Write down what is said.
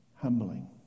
humbling